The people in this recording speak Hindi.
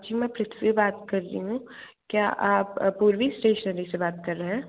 जी मैं पृथ्वी बात कर री हूँ क्या आप पूर्वी इस्टेशनरी से बात कर रहे हैं